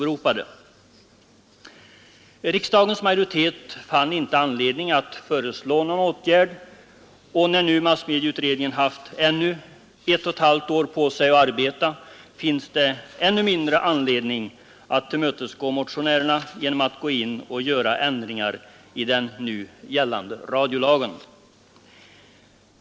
Riksdagens majoritet fann inte anledning att föreslå någon åtgärd, och när nu massmedieutredningen haft ytterligare ett och ett halvt år på sig att arbeta finns det ännu mindre skäl att tillmötesgå motionärerna genom att gå in och göra ändringar i den nu gällande radiolagen.